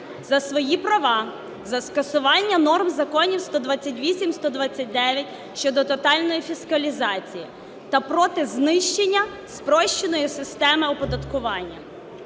за свої права, за скасування норм законів 128, 129 щодо тотальної фіскалізації та проти знищення спрощеної системи оподаткування.